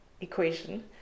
equation